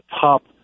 Top